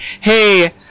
hey